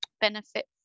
benefit